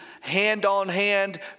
hand-on-hand